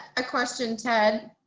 a question, ted.